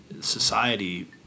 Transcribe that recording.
society